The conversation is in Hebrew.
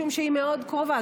משום שהיא מאוד קרובה.